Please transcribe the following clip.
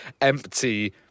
empty